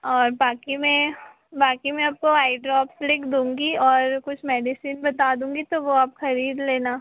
और बाक़ी मैं बाक़ी मैं आपको आई ड्रॉप लिख दूँगी और कुछ मेडिसिन बता दूँगी तो वह आप ख़रीद लेना